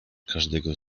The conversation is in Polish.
każdego